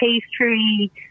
pastry